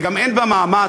וגם אין בה מאמץ,